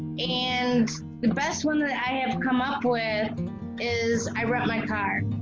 and the best one that i have come up with is i rent my car.